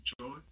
joy